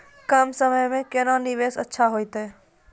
कम समय के कोंन निवेश अच्छा होइतै?